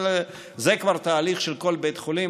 אבל זה כבר תהליך של כל בית חולים.